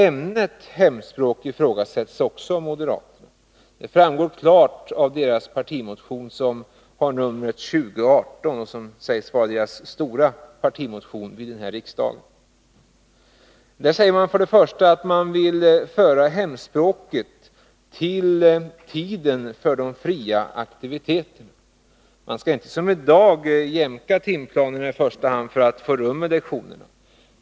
Ämnet hemspråk ifrågasätts av moderaterna. Detta framgår klart av deras partimotion, som har nr 2018 och som sägs vara moderaternas stora partimotion till detta riksmöte. Först och främst säger man att man vill föra hemspråket till tiden för de fria aktiviteterna. Man skall inte som i dag i första hand jämka timplanerna för att få rum med lektionerna.